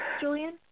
Julian